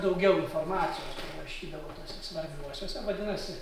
daugiau informacijos prirašydavo tuose svarbiuosiuose vadinasi